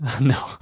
No